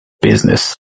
business